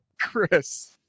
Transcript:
Chris